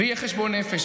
ויהיה חשבון נפש.